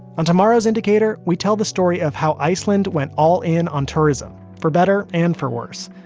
on tomorrow's indicator, we tell the story of how iceland went all in on tourism, for better and for worse,